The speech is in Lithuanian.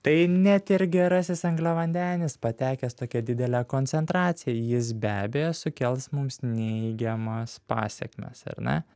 tai net ir gerasis angliavandenis patekęs tokia didele koncentracija jis be abejo sukels mums neigiamas pasekmes ar ne